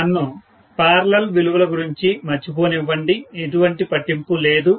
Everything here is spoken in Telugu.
నన్ను పారలల్ విలువల గురించి మర్చిపోనివ్వండి ఎటువంటి పట్టింపు లేదు